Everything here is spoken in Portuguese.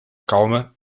calma